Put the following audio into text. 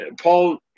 Paul